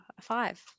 Five